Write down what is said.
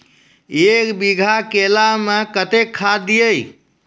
एक बीघा केला मैं कत्तेक खाद दिये?